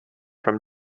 from